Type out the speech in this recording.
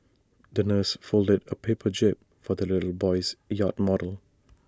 the nurse folded A per paper jib for the little boy's yacht model